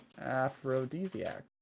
aphrodisiac